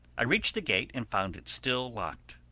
i reached the gate and found it still locked.